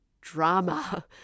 drama